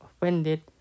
offended